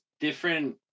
different